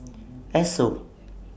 Esso